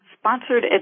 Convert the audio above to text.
Sponsored